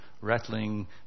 rattling